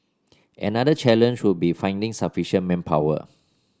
another challenge would be finding sufficient manpower